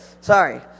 sorry